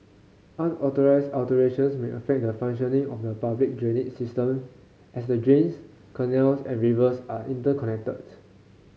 unauthorised alterations may affect the functioning of the public drainage system as the drains canals and rivers are interconnected